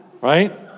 right